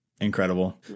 Incredible